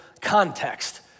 context